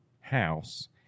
house